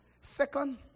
second